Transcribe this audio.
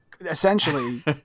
essentially